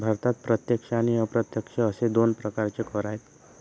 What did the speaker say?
भारतात प्रत्यक्ष आणि अप्रत्यक्ष असे दोन प्रकारचे कर आहेत